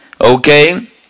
Okay